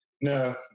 No